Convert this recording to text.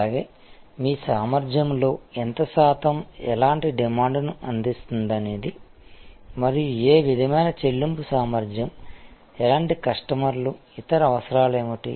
అలాగే మీ సామర్థ్యంలో ఎంత శాతం ఎలాంటి డిమాండ్ని అందిస్తుందనేది మరియు ఏ విధమైన చెల్లింపు సామర్థ్యం ఎలాంటి కస్టమర్లు ఇతర అవసరాలు ఏమిటి